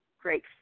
great